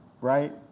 Right